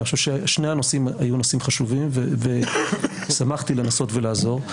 אני חושב ששני הנושאים היו נושאים חשובים ושמחתי לנסות ולעזור.